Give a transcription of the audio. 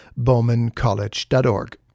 bowmancollege.org